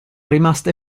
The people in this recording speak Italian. rimaste